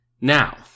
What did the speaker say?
Now